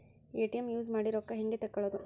ATM use ಮಾಡಿ ರೊಕ್ಕ ಹೆಂಗೆ ತಕ್ಕೊಳೋದು?